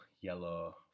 yellow